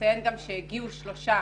אציין גם שהגיעו שלושה